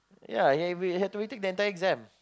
yeah he he had to retake the entire exam